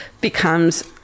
becomes